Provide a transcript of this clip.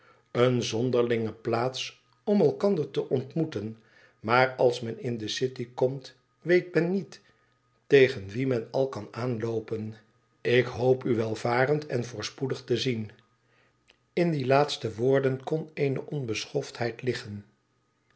eene zonderlinge plaats om elkander te ontmoeten maar als men in de city komt weet men niet tegen wie men al kan aanloopen ik hoop u welvarend en voorspoedig te zien in die laatste woorden kon eene onbeschoftheid liggen